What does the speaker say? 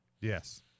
Yes